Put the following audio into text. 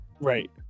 right